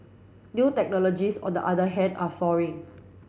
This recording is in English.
new technologies on the other hand are soaring